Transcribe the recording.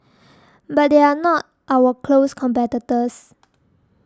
but they are not our close competitors